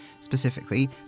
Specifically